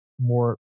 more